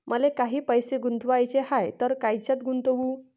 मले काही पैसे गुंतवाचे हाय तर कायच्यात गुंतवू?